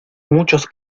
muchos